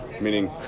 meaning